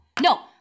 No